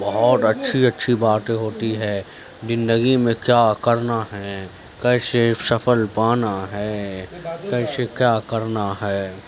بہت اچھی اچھی باتیں ہوتی ہیں زندگی میں کیا کرنا ہے کیسے سپھل پانا ہے کیسے کیا کرنا ہے